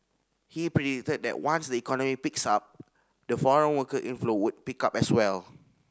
he predicted that once the economy picks up the foreign worker inflow would pick up as well